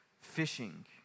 fishing